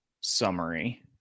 summary